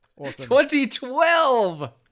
2012